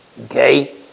Okay